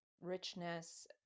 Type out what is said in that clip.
richness